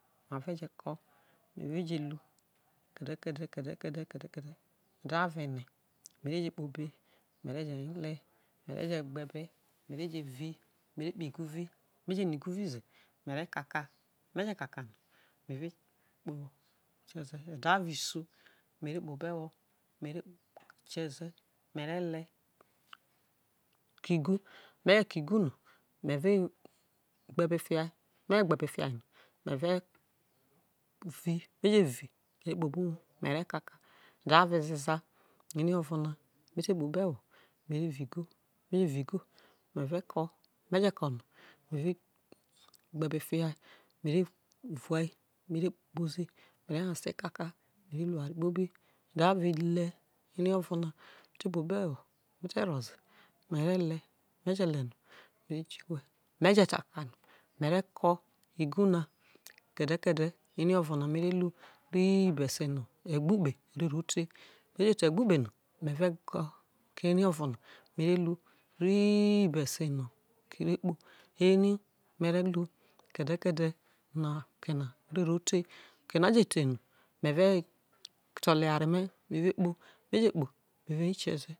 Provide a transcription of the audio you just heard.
me ve je ko kede kede ede avo ene who ve nya ne ve je vi me je ni igu vi ze me re kaka me je kaka no me ve kpo ede avo isio me re kpo obo ewo me re keze me re le ke igu me je ko igu no me ve gbebe fiha me je gbebe fiha no me ve vi meje vi no me ve kpo obuwuo ede avo ezeza ene ovona me te kpo obo ewo me re vi igu me je vi igu no me ve ko me ve gbebe fiha me ve kpozi me ve nyaze te kaka kpobi avo ile me te kpobo ewo me te roze me re le me je le no me bi igu me ve ko igu na kede kede ere ovona me re ru ri besino ogbaukpe no ribesino oke ore kpo ere me re lu besino oke ore kpo oke na je no me ve tolo eware me me kpo me ve nya i keze.